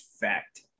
fact